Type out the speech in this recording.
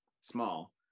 small